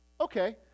Okay